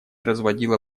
разводила